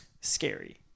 Scary